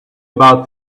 about